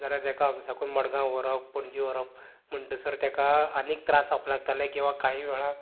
जाल्यार तेका हांगा साकून मडगांव व्हरप पणजे व्हरप म्हणटसर तेका आनीक त्रास जावपाक लागताले किंवां कांयी वेळार